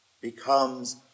becomes